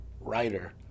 writer